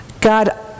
God